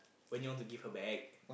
when you want to give her back